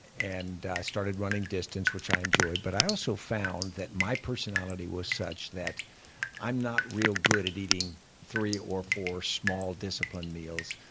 and i started running distance, which i enjoyed. but i also found that my personality was such that i'm not really good at eating three or four small disciplined meals.